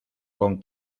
con